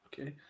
Okay